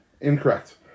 Incorrect